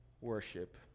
worship